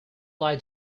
lie